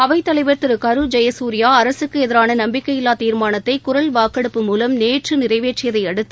அவைத்தலைவா் திரு கரு ஜெயசூரியா அரசுக்கு எதிரான நம்பிக்கையில்வா தீர்மானத்தை குரல் வாக்கெடுப்பு மூவம் நேற்று நிறைவேற்றியதை அடுத்து